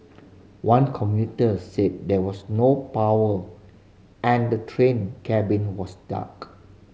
one commuter said there was no power and the train cabin was dark